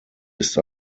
ist